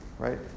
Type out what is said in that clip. Right